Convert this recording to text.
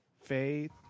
faith